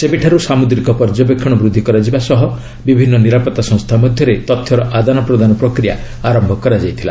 ସେବେଠାରୁ ସାମୁଦ୍ରିକ ପର୍ଯ୍ୟବେକ୍ଷଣ ବୃଦ୍ଧି କରାଯିବା ସହ ବିଭିନ୍ନ ନିରାପତ୍ତା ସଂସ୍ଥା ମଧ୍ୟରେ ତଥ୍ୟର ଆଦାନ ପ୍ରଦାନ ପ୍ରକ୍ରିୟା ଆରମ୍ଭ କରାଯାଇଥିଲା